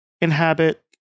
inhabit